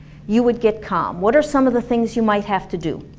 you would get calm what are some of the things you might have to do?